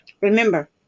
Remember